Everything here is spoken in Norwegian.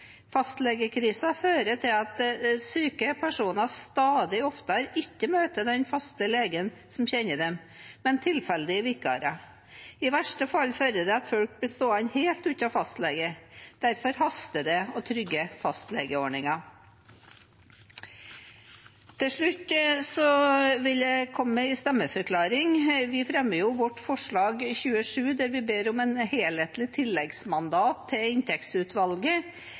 Fastlegekrisen fører til at syke personer stadig oftere ikke møter den faste legen som kjenner dem, men tilfeldige vikarer. I verste fall fører den til at folk blir stående helt uten fastlege. Derfor haster det å trygge fastlegeordningen. Til slutt vil jeg komme med en stemmeforklaring. Vi fremmer vårt forslag nr. 27, der vi ber om et helhetlig tilleggsmandat til